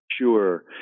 Sure